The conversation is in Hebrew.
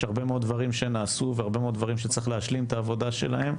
יש הרבה מאוד דברים שנעשו והרבה מאוד דברים שצריך להשלים את העבודה בהם.